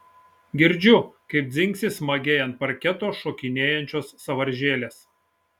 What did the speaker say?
girdžiu kaip dzingsi smagiai ant parketo šokinėjančios sąvaržėlės